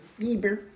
Bieber